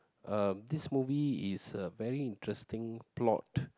uh this movie is a very interesting plot